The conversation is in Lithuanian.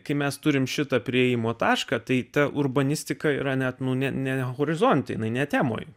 kai mes turime šitą priėjimo tašką tai ta urbanistika yra net nu ne ne ho horizonte jinai ne temoje